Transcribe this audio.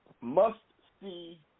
must-see